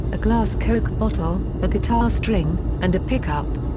a glass coke bottle, a guitar string, and a pickup.